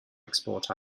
export